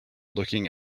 looking